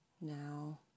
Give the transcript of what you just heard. Now